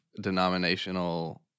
denominational